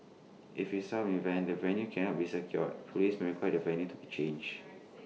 if A some events the venue cannot be secured Police may require the venue to be changed